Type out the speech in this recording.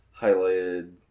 highlighted